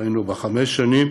דהיינו בחמש השנים,